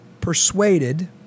persuaded